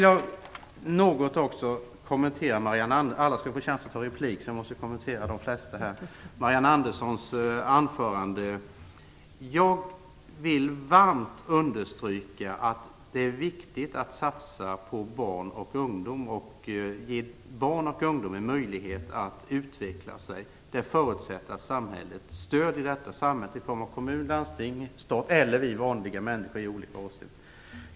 För att kommentera Marianne Anderssons anförande vill jag säga: Jag vill varmt understryka att det är viktigt att satsa på barn och ungdom för att ge dem en möjlighet att utveckla sig. Det förutsätter samhällets stöd från kommun, landsting, stat eller från oss vanliga människor.